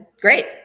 great